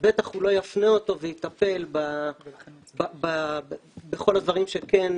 ובטח הוא לא יפנה אותו ויטפל בכל הדברים שכן